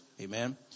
amen